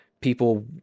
people